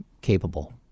capable